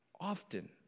often